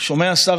כי אין ברירה